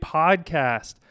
podcast